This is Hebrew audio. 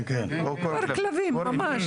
קור כלבים, ממש.